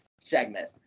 segment